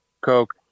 Coke